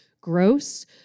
gross